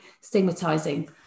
stigmatizing